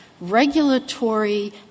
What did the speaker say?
Regulatory